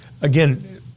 again